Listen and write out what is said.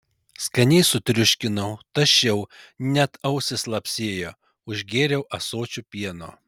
skaniai sutriuškinau tašiau net ausys lapsėjo užgėriau ąsočiu pieno